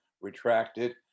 retracted